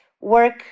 work